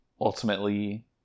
ultimately